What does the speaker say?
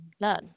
learn